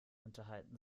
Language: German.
unterhalten